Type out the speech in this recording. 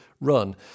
run